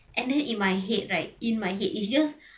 and then in my head right in my head it's just